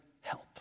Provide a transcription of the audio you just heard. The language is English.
help